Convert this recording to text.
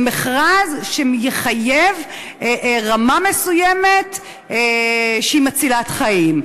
מכרז שיחייב רמה מסוימת שהיא מצילת חיים.